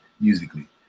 musically